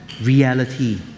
reality